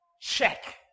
check